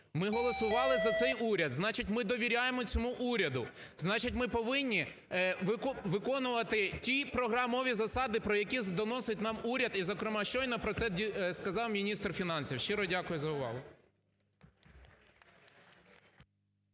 ми голосували за цей уряд, значить ми довіряємо цьому уряду, значить ми повинні виконувати ті програмові засади, про які доносить нам уряд і, зокрема, щойно про це сказав міністр фінансів. Щиро дякую за увагу.